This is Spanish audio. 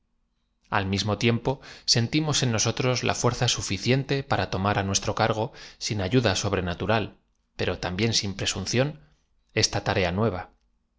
l mismo tiempo seutlmos en dosotros la íuerzaauflciedte para tomar a nuestro cargo sin ayuda sobrenaturali pero también sin presunción esta tarea n ueva